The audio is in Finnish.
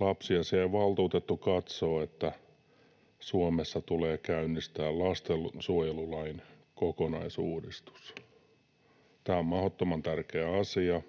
lapsiasiainvaltuutettu katsoo, että Suomessa tulee käynnistää lastensuojelulain kokonaisuudistus. Tämä on mahdottoman tärkeä asia.